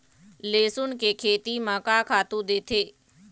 लेसुन के खेती म का खातू देथे?